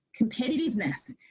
competitiveness